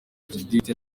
judith